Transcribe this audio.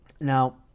Now